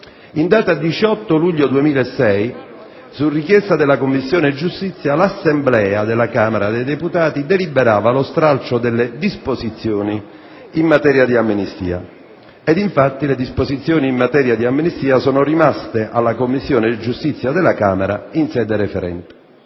In data 18 luglio 2006, su richiesta della Commissione giustizia, l'Assemblea della Camera dei deputati deliberava lo stralcio delle disposizioni in materia di amnistia, ed infatti le disposizioni in materia di amnistia sono rimaste alla Commissione Giustizia della Camera in sede referente.